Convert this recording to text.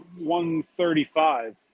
135